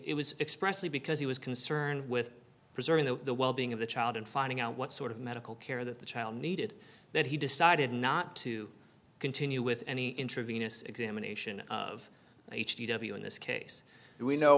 it was expressly because he was concerned with preserving the well being of the child and finding out what sort of medical care that the child needed that he decided not to continue with any intravenous examination of h d w in this case we know